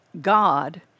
God